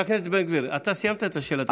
חבר הכנסת בן גביר, אתה סיימת את השאלה.